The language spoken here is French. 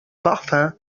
parfums